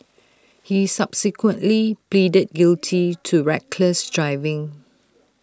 he subsequently pleaded guilty to reckless driving